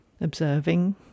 observing